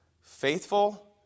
faithful